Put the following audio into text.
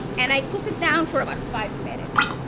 and cook it down for about five minutes.